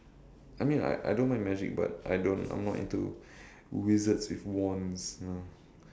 I mean I I don't mind magic but I don't I'm not into wizards with wands you know